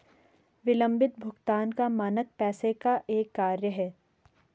विलम्बित भुगतान का मानक पैसे का एक कार्य है